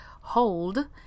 hold